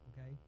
okay